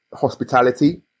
hospitality